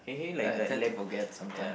I tend to forget sometimes